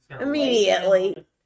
Immediately